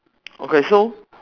okay so